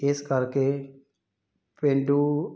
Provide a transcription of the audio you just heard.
ਇਸ ਕਰਕੇ ਪੇਂਡੂ